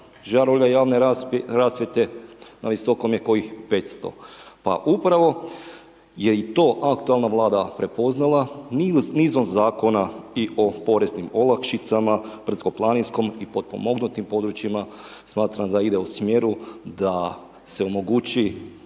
žarulja javne rasvjete na Visokom je kojih 500. Pa upravo je i to aktualna Vlada prepoznala, nizom zakona i o poreznim olakšicama brdsko-planinskom i potpomognutim područjima smatram da ide u smjeru da se omogući